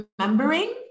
remembering